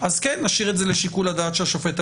אז כן נשאיר את זה לשיקול הדעת של השופט.